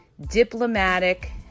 diplomatic